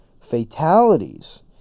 fatalities